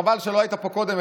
חבל שלא היית פה קודם,